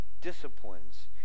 disciplines